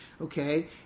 okay